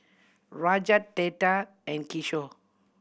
Rajat Tata and Kishore